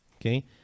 okay